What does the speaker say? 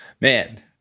man